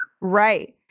Right